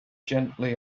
gently